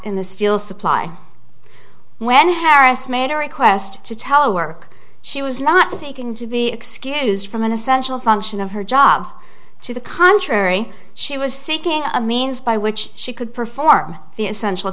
in the steel supply when harris made a request to telework she was not seeking to be excused from an essential function of her job to the contrary she was seeking a means by which she could perform the essential